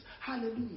Hallelujah